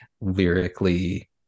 lyrically